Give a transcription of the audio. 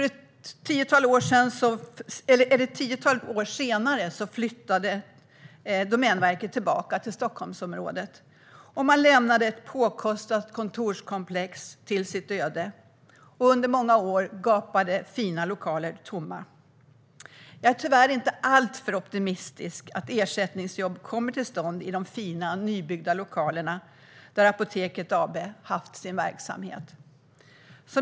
Ett tiotal år senare flyttade Domänverket tillbaka till Stockholmsområdet, och man lämnade ett påkostat kontorskomplex åt sitt öde. Under många år gapade fina lokaler tomma. Jag är tyvärr inte alltför optimistisk om att ersättningsjobb kommer till stånd i de fina, nybyggda lokalerna där Apoteket AB haft sin verksamhet.